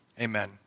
amen